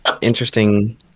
interesting